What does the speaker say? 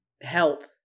help